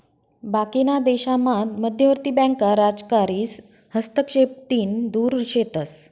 बाकीना देशामात मध्यवर्ती बँका राजकारीस हस्तक्षेपतीन दुर शेतस